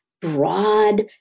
broad